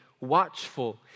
watchful